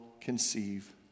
conceive